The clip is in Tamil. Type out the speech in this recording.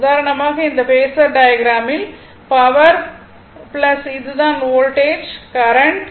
உதாரணமாக இந்த பேஸர் டையக்ராமில் பவர் இது தான் வோல்டேஜ் கரண்ட்